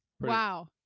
Wow